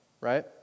Right